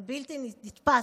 זה בלתי נתפס